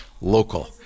local